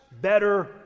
better